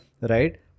Right